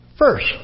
first